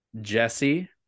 Jesse